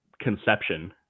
conception